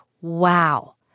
wow